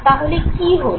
তাহলে কী হলো